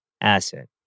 asset